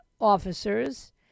officers